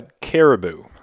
caribou